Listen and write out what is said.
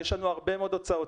יש לנו הרבה מאוד הוצאות.